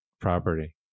property